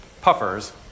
puffers